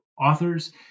authors